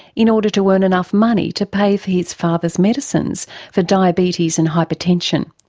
in order to earn enough money to pay for his father's medicines for diabetes and hypertension,